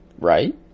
Right